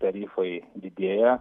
tarifai didėja